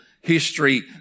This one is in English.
history